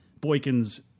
Boykins